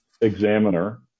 examiner